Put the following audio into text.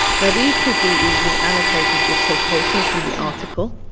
now these could be easily annotated with quotations from the article